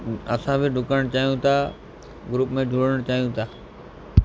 असां बि डुकणु चाहियूं था ग्रुप में जुड़णु चाहियूं था